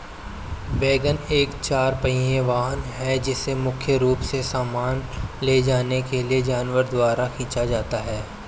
wagon एक चार पहिया वाहन है जिसे मुख्य रूप से सामान ले जाने के लिए जानवरों द्वारा खींचा जाता है